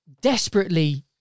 desperately